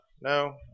No